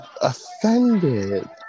offended